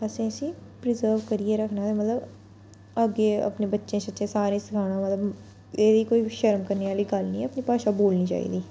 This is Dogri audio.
असें इसी प्रिजर्व करियै रक्खना ते मतलब अग्गें अपने बच्चें शच्चें सारें गी सखाना होवै ते एह्दी कोई शर्म करने आह्ली गल्ल नी ऐ अपनी भाशा बोलनी चाहिदी